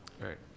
Right